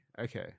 Okay